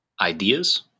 ideas